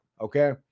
Okay